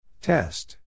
Test